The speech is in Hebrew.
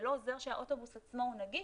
זה לא עוזר שהאוטובוס עצמו הוא נגיש,